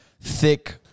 thick